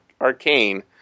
arcane